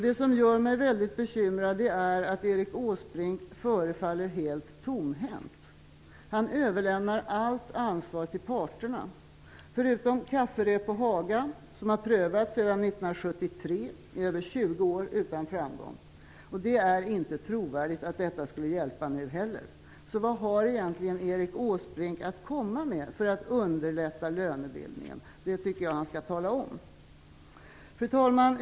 Det som gör mig väldigt bekymrad är att Erik Åsbrink förefaller helt tomhänt. Han överlämnar allt ansvar till parterna, förutom de kafferep på Haga som har prövats sedan 1973, i över 20 år, utan framgång. Det är inte trovärdigt att de skulle hjälpa nu heller. Så vad har egentligen Erik Åsbrink att komma med för att underlätta lönebildningen? Det tycker jag att han skall tala om. Fru talman!